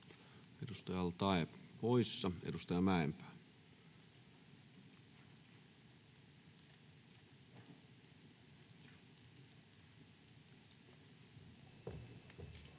edustaja al-Taee poissa. — Edustaja Mäenpää.